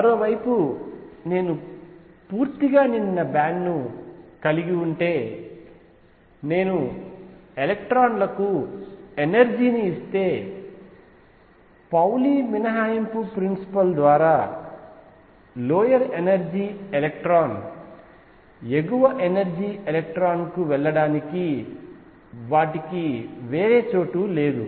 మరోవైపు నేను పూర్తిగా నిండిన బ్యాండ్ కలిగి ఉంటే నేను ఈ ఎలక్ట్రాన్ లకు ఎనర్జీ ని ఇస్తే పౌలి ఎక్స్క్లూషన్ ప్రిన్సిపల్ ద్వారా లోయర్ ఎనర్జీ ఎలక్ట్రాన్ ఎగువ ఎనర్జీ ఎలక్ట్రాన్ కు వెళ్లడానికి వాటికి వేరే చోటు లేదు